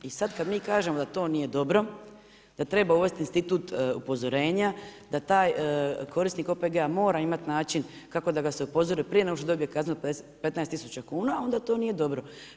I sad kad kažemo da to nije dobro, da treba uvesti institut upozorenja, da taj korisnik OPG-a mora imati način kako da ga se upozori prije nego što dobije kaznu 15000 kuna, onda to nije dobro.